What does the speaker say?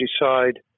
decide